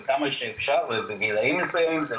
ומצבם הנפשי והמנטלי בתקופה המאוד קשה הזאת של השנתיים האחרונות.